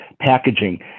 packaging